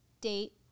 date